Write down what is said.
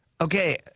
Okay